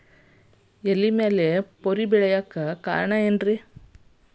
ಎಲೆ ಮ್ಯಾಲ್ ಪೊರೆ ಬರಾಕ್ ಕಾರಣ ಏನು ಐತಿ?